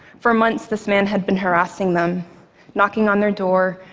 for months, this man had been harassing them knocking on their door,